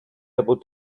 able